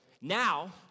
Now